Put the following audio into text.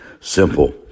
Simple